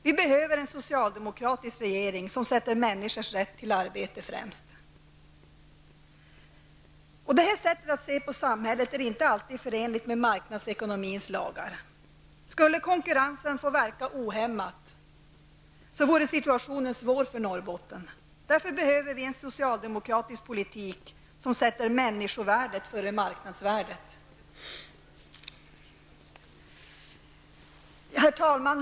Vi behöver en socialdemokratisk regering, som sätter människors rätt till arbete främst. Detta sätt att se på samhället är inte alltid förenligt med marknadsekonomins lagar. Skulle konkurrensen få verka ohämmat skulle situationen för Norrbotten bli svår. Det är därför som vi behöver en socialdemokratisk politik, som sätter människovärdet före marknadsvärdet. Herr talman!